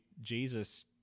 Jesus